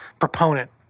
proponent